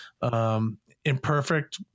Imperfect